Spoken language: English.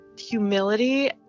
humility